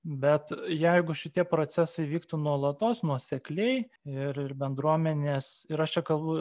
bet jeigu šitie procesai vyktų nuolatos nuosekliai ir ir bendruomenės ir aš čia kalbu